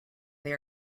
they